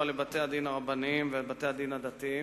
לבתי-הדין הרבניים ובתי-הדין הדתיים,